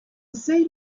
sea